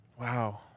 Wow